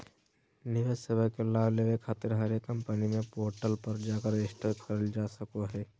निवेश सेवा के लाभ लेबे खातिर हरेक कम्पनी के पोर्टल पर जाकर रजिस्ट्रेशन करल जा सको हय